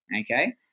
okay